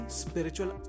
spiritual